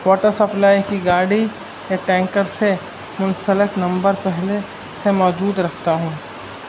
water supply کی گاڑی یا ٹینکر سے منسلک نمبر پہلے سے موجود رکھتا ہوں